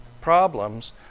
problems